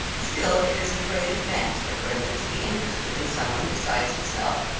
still it is a great advance for brenda to be interested in some one besides herself,